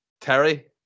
Terry